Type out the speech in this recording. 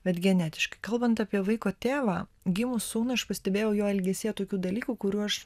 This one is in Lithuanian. bet genetiškai kalbant apie vaiko tėvą gimus sūnui aš pastebėjau jo elgesyje tokių dalykų kurių aš